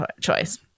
choice